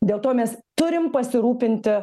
dėl to mes turim pasirūpinti